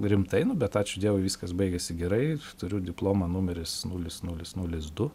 rimtai nu bet ačiū dievui viskas baigėsi gerai turiu diplomą numeris nulis nulis nulis du